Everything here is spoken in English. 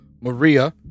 Maria